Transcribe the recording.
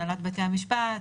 הנהלת בתי המשפט,